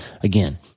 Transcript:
again